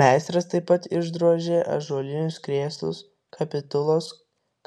meistras taip pat išdrožė ąžuolinius krėslus kapitulos